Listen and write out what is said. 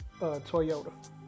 Toyota